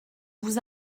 vous